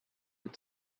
with